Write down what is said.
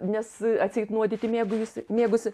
nes atseit nuodyti mėgaujusi mėgusi